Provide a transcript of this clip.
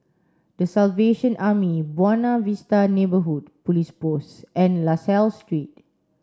The Salvation Army Buona Vista Neighbourhood Police Post and La Salle Street